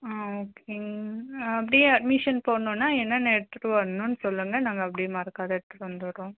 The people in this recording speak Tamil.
ஆ ஓகேங்க அப்படியே அட்மிஷன் போடணுன்னா என்னென்ன எடுத்துகிட்டு வரணும்னு சொல்லுங்க நாங்கள் அப்படியே மறக்காத எடுத்துகிட்டு வந்துடறோம்